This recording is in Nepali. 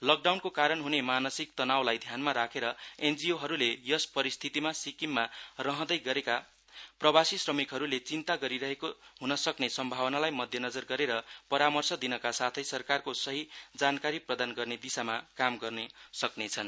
लकडाउनको कारण हने मानसिक तनाउलाई ध्यानमा राखेर एनजीओहरूले यस परिस्थितिमा सिक्किममा रहँदै गरेका प्रवासी श्रमिकहरूले चिन्ता गरिरहेको हनसक्ने सम्भावनालाई मध्यनजर गरेर परामर्श दिनका साथै सरकारको सहि जानकारी प्रदान गर्ने दिशामा काम गर्न सक्नेछन्